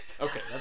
okay